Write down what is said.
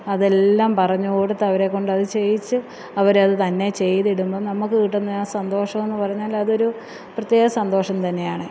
അതെല്ലാം പറഞ്ഞ് കൊടുത്ത് അവരെക്കൊണ്ട് അത് ചെയ്യിച്ച് അവരത് തന്നെ ചെയ്ത് ഇടുമ്പം നമുക്ക് കിട്ടുന്ന ആ സന്തോഷമന്ന് പറഞ്ഞാൽ അതൊരു പ്രത്യേക സന്തോഷം തന്നെയാണ്